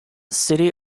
city